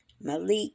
Malik